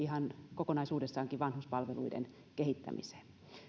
ihan kokonaisuudessaankin vanhuspalveluiden kehittämiseen